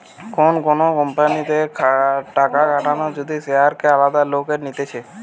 কোন কোম্পানিতে টাকা খাটানো যদি শেয়ারকে আলাদা লোক নিতেছে